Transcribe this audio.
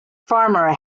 farmer